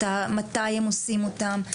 מתי הם עושים אותם,